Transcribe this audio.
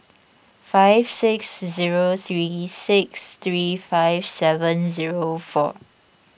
five six zero three six three five seven zero four